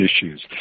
issues